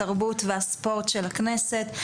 התרבות והספורט של הכנסת.